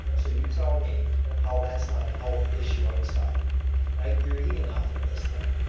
so you tell me how that's not a health issue outside right, you're eating off of this thing.